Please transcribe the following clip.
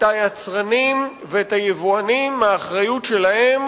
את היצרנים ואת היבואנים מהאחריות שלהם